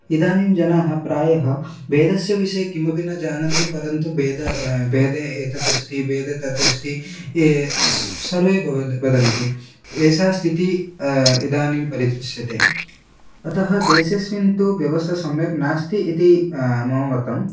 इदानीं जनाः प्रायः वेदस्य विषये किमपि न जानन्ति परन्तु वेदे वेदे एतत् अस्ति वेदे तत् अस्ति ये सर्वे भवति वदन्ति एषा स्थितिः इदानीं परिदृश्यते अतः देशेऽस्मिन् तु व्यवस्था सम्यक् नास्ति इति मम मतं